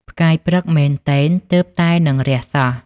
ផ្កាយព្រឹកមែនទែនទើបតែនិងរះសោះ»។